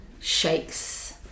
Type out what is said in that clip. shakes